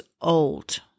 old